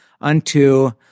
unto